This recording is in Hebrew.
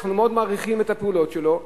שאנחנו מאוד מעריכים את הפעולות שלו,